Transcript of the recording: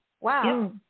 Wow